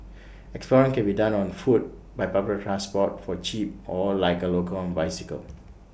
exploring can be done on foot by public transport for cheap or like A local on bicycle